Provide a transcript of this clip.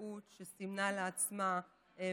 בוודאות שהיא סימנה לעצמה מועד